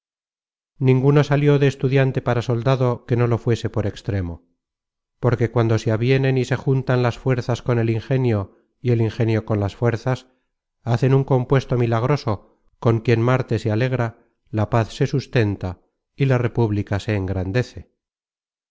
generated at de estudiante para soldado que no lo fuese por extremo porque cuando se avienen y se juntan las fuerzas con el ingenio y el ingenio con las fuerzas hacen un compuesto milagroso con quien marte se alegra la paz se sustenta y la república se engrandece